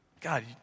God